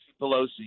Pelosi